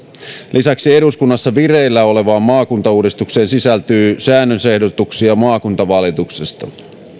lisäksi eduskunnassa vireillä olevaan maakuntauudistukseen sisältyy sään nösehdotuksia maakuntavalituksesta